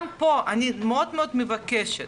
גם פה אני מאוד מאוד מבקשת,